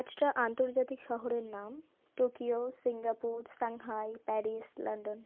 পাঁচটা আন্তর্জাতিক শহরের নাম Tokyo Singapore Shanghai Paris London